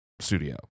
studio